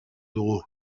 dugu